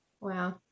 Wow